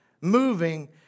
moving